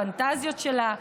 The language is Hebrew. הפנטזיות שלה,